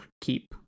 Keep